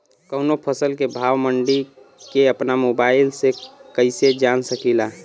कवनो फसल के भाव मंडी के अपना मोबाइल से कइसे जान सकीला?